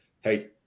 Hey